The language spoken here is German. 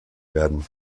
werden